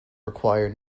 required